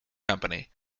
company